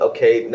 Okay